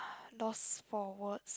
lost for words